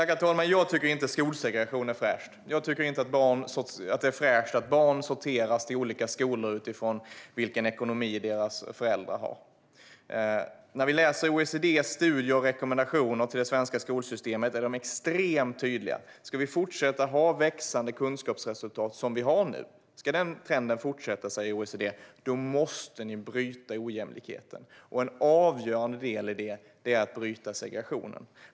Herr talman! Jag tycker inte att skolsegregation är fräscht. Jag tycker inte att det är fräscht att barn sorteras till olika skolor utifrån vilken ekonomi deras föräldrar har. I OECD:s studier är rekommendationerna vad gäller det svenska skolsystemet extremt tydliga: Om trenden med växande kunskapsresultat som vi har nu ska fortsätta måste ni bryta ojämlikheten, och en avgörande del i det är att bryta segregationen.